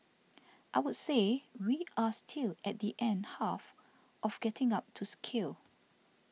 I would say we are still at the end half of getting up to scale